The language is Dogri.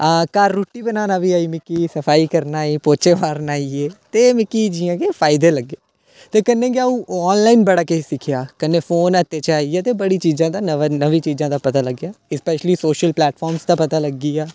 हां घर रुट्टी बनाना बी आई मिगी सफाई करना आई पोच्चे मारना आई गे ते मिगी जियां कि फायदे लग्गे ते कन्नै गै अ'ऊं आनलाइन बड़ा किश सिक्खेआ ते कन्नै फोन हत्थै च आई गेआ ते बड़ी चीजें दा नमीं चीजें दा पता लगी गेआ ते स्पैशली सोशल प्लैटफार्म दा पता लगी गेआ